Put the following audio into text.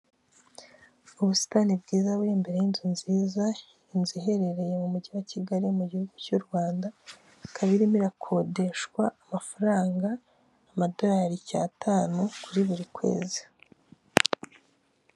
Perezida Paul Kagame w'u Rwanda ubwo yarari kwiyamamaza agahaguruka mu modoka agasuhuza abaturage bamushagaye, bose bafite utwapa duto twanditseho efuperi, ndetse hari abajepe bari kumurinda bareba hirya no hino bamucungira umutekano.